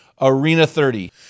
ARENA30